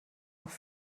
noch